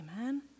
Amen